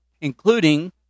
including